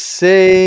say